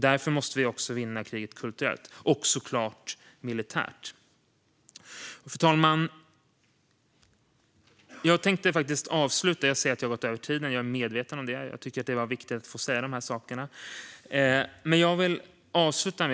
Därför måste vi också vinna kriget kulturellt - och såklart militärt. Fru talman! Jag är medveten om att jag har överskridit min talartid, men jag tyckte att det var viktigt att säga de här sakerna.